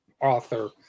author